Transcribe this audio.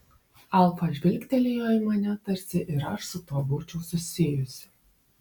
alfa žvilgtelėjo į mane tarsi ir aš su tuo būčiau susijusi